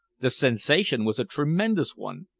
the sensation was a tremendous one.